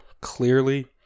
clearly